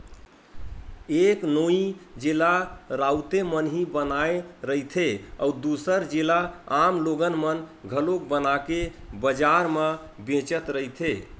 एक नोई जेला राउते मन ही बनाए रहिथे, अउ दूसर जेला आम लोगन मन घलोक बनाके बजार म बेचत रहिथे